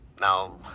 Now